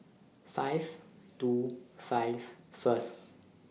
five two five First